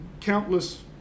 countless